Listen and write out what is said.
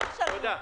תודה.